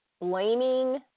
blaming